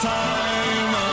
time